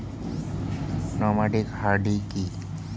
Nomadic herding কি?